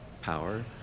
power